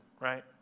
right